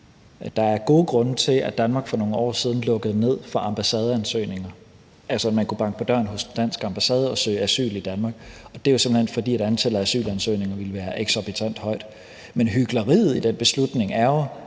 Der er gode grunde til, at Danmark for nogle år siden lukkede ned for ambassadeansøgninger, altså at man kunne banke på døren hos en dansk ambassade og søge asyl i Danmark. Det var simpelt hen, fordi antallet af asylansøgninger ville være eksorbitant højt. Men hykleriet i den beslutning er jo,